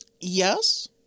yes